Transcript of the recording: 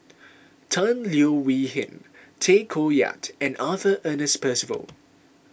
Tan Leo Wee Hin Tay Koh Yat and Arthur Ernest Percival